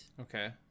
Okay